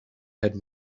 had